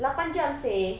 lapan jam seh